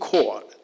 Court